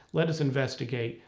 let us investigate.